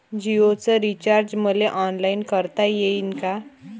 जीओच रिचार्ज मले ऑनलाईन करता येईन का?